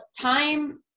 time-